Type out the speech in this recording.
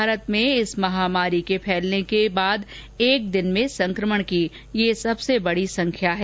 भारत में इस महामारी के फैलने के बाद एक दिन में संक्रमण की यह सबसे बड़ी संख्या है